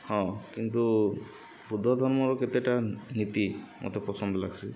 ହଁ କିନ୍ତୁ ବୁଦ୍ଧ ଧର୍ମର କେତେଟା ନୀତି ମତେ ପସନ୍ଦ୍ ଲାଗ୍ସି